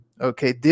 Okay